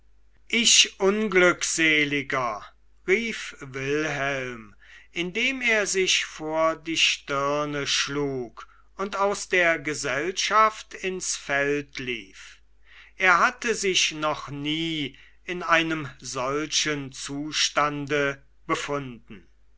ich unglückseliger rief wilhelm indem er sich vor die stirne schlug und aus der gesellschaft ins feld lief er hatte sich noch nie in einem solchen zustande befunden